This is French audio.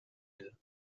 elles